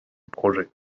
projet